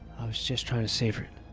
was just trying to savor it,